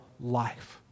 life